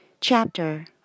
chapter